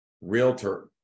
realtor